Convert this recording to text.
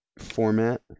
format